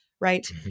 Right